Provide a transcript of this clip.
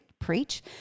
preach